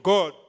God